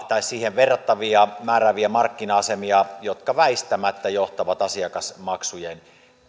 tai siihen verrattavia määrääviä markkina asemia jotka väistämättä johtavat asiakasmaksujen